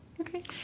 Okay